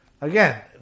Again